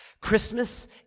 Christmas